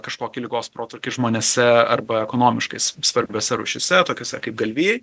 kažkokį ligos protrūkį žmonėse arba ekonomiškai svarbiose rūšyse tokiose kaip galvijai